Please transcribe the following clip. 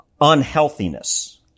unhealthiness